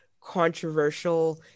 controversial